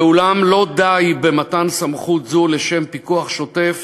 ואולם, לא די במתן סמכות זו לשם פיקוח שוטף